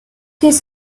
his